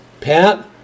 Pat